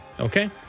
okay